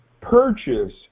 purchase